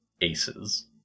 Aces